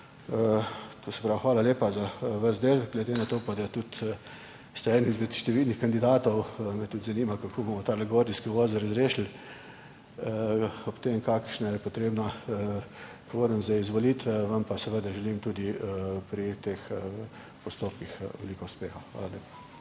hvala lepa za vse delo. Glede na to, da ste eden izmed številnih kandidatov, me tudi zanima, kako bomo tale gordijski vozel razrešili. Ob tem, kakršen je potreben kvorum za izvolitve, vam pa seveda želim tudi pri teh postopkih veliko uspeha. Hvala lepa.